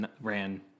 ran